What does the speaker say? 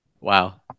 Wow